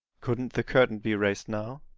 couldn't the curtain be raised now?